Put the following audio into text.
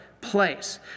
place